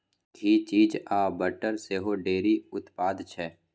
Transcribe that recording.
घी, cheese आ butter सेहो dairy उत्पाद छै